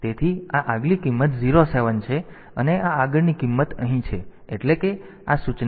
તેથી આ આગલી કિંમત 0 7 છે અને આ આગળની કિંમત અહીં છે